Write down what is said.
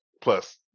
plus